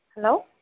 hello